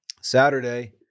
Saturday